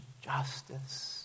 justice